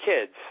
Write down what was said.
kids